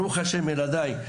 ברוך השם ילדיי,